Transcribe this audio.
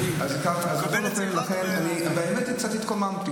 אני מקבל את זה רק --- האמת שקצת התקוממתי.